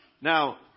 Now